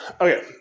Okay